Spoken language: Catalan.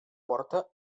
porta